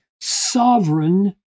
sovereign